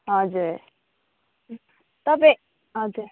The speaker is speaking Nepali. हजुर तपाईँ हजुर